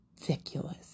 ridiculous